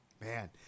Man